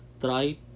try